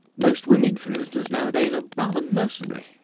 most women, for instance, nowadays, are rather mercenary.